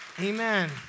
Amen